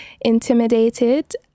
intimidated